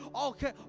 okay